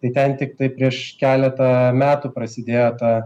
tai ten tiktai prieš keletą metų prasidėjo ta